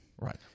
Right